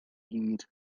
gyd